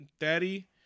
daddy